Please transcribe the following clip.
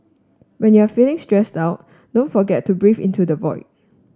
when you are feeling stressed out don't forget to breathe into the void